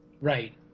Right